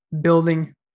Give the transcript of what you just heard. building